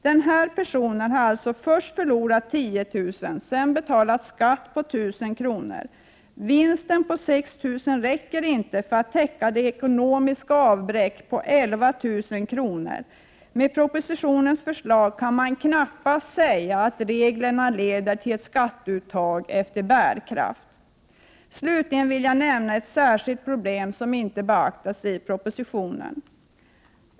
Den här personen har alltså först förlorat 10 000 kr. och sedan betalat skatt med 1 000 kr. Vinsten på 6 000 kr. räcker inte för att täcka det ekonomiska avbräcket på 11 000 kr. Med propositionens förslag kan man knappast säga att reglerna leder till ett skatteuttag efter bärkraft. Slutligen vill jag nämna ett särskilt problem som inte beaktats i propositionen.